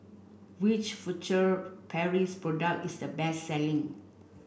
which Furtere Paris product is the best selling